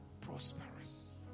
prosperous